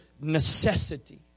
necessity